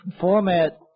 format